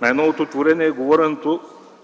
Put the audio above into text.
Най-новото творение е говоренето,